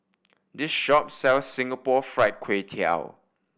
this shop sells Singapore Fried Kway Tiao